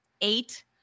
eight